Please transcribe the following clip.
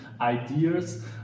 ideas